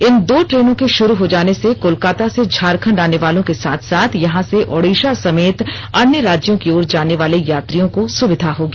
इन दो ट्रेनों के शुरू हो जाने से कोलकाता से झारखंड आने वालों के साथ साथ यहां से ओड़िशा समेत अन्य राज्यों की ओर जाने वाले यात्रियों को सुविधा होगी